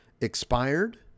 Expired